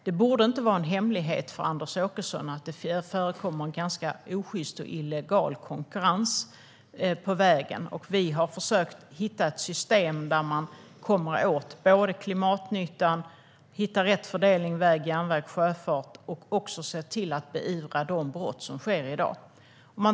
Det borde inte vara en hemlighet för Anders Åkesson att det förekommer ganska osjyst och illegal konkurrens på vägen, och vi har försökt hitta ett system där man kommer åt klimatnyttan, hittar rätt fördelning mellan väg, järnväg och sjöfart och också ser till att beivra de brott som begås i dag.